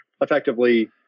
effectively